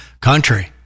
country